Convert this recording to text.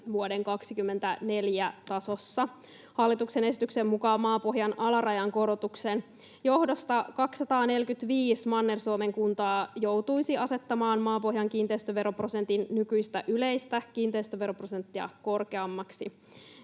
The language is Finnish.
vuoden 24 tasossa. Hallituksen esityksen mukaan maapohjan alarajan korotuksen johdosta 245 Manner-Suomen kuntaa joutuisi asettamaan maapohjan kiinteistöveroprosentin nykyistä yleistä kiinteistöveroprosenttia korkeammaksi